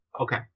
Okay